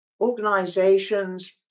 organizations